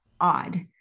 odd